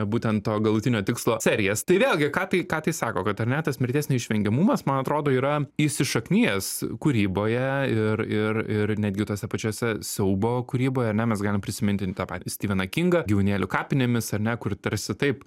būtent to galutinio tikslo serijas tai vėlgi ką tai ką tai sako kad ar ne tas mirties neišvengiamumas man atrodo yra įsišaknijęs kūryboje ir ir ir netgi tose pačiose siaubo kūryboje ane mes galim prisiminti tą patį stiveną kingą gyvūnėlių kapinėmis ar ne kur tarsi taip